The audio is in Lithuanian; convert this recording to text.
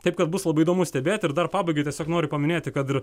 taip kad bus labai įdomu stebėti ir dar pabaigai tiesiog noriu paminėti kad ir